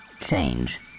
change